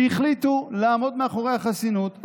והחליטו לעמוד מאחורי החסינות.